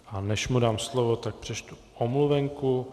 A než mu dám slovo, tak přečtu omluvenku.